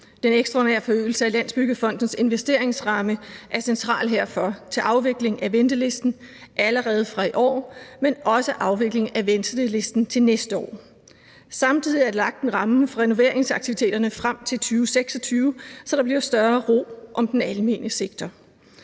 Den ekstraordinære forøgelse af Landsbyggefondens investeringsramme er central herfor til afvikling af ventelisten allerede fra i år, men også afvikling af ventelisten til næste år. Samtidig er der lagt en ramme for renoveringsaktiviteterne frem til 2026, så der bliver større ro om den almene sektor,